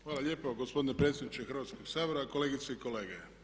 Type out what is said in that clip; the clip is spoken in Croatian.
Hvala lijepa gospodine predsjedniče Hrvatskog sabora, kolegice i kolege.